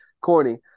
corny